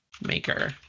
Maker